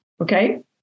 okay